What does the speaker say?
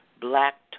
Black